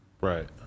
Right